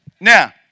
Now